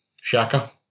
Shaka